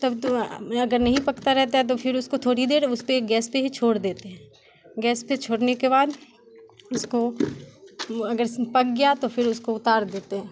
तब तो अगर नहीं पकता रहता है तो फिर उसको थोड़ी देर उसपे गैस पे ही छोड़ देते हैं गैस पे छोड़ने के बाद उसको अगर पक गया तो फिर उसको उतार देते हैं